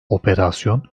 operasyon